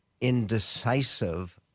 indecisive